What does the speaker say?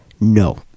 No